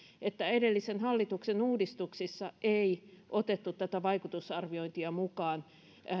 että edellisen hallituksen uudistuksissa ei otettu tätä vaikutusarviointia mukaan